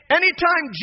Anytime